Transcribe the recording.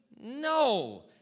No